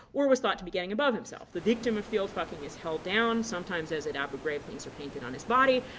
or was thought to be getting above himself. the victim of field-fucking is held down. sometimes, as at abu ghraib, things are painted on his body.